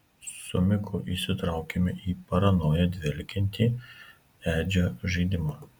su miku įsitraukėme į paranoja dvelkiantį edžio žaidimą